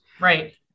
Right